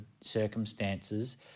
circumstances